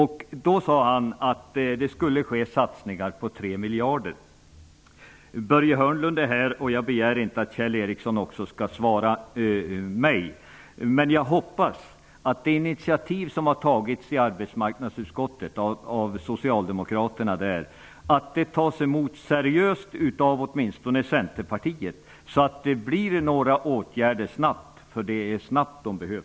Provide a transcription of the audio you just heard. Han sade att det skulle ske satsningar på 3 miljarder. Börje Hörnlund är här. Jag begär inte att Kjell Ericsson också skall svara mig. Jag hoppas att det initiativ som har tagits av socialdemokraterna i arbetsmarknadsutskottet skall tas emot seriöst av åtminstone Centerpartiet, så att det snabbt blir några åtgärder. De behövs snabbt. Tack!